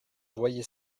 voyez